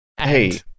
Hey